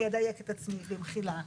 אדייק את עצמי במחילה,